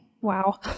Wow